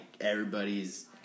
everybody's